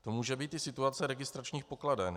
To může být i situace registračních pokladen.